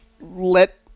let